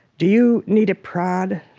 do you need a prod?